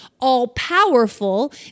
all-powerful